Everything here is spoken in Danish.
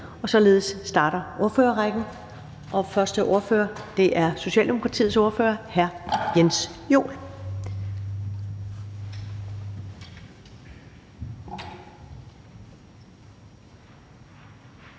Således starter ordførerrækken, og første ordfører er Socialdemokratiets ordfører, hr. Jens Joel.